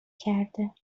کرده